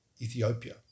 Ethiopia